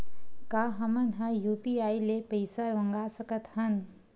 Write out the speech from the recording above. का हमन ह यू.पी.आई ले पईसा मंगा सकत हन?